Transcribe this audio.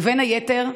ובין היתר,